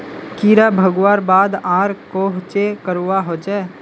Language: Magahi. कीड़ा भगवार बाद आर कोहचे करवा होचए?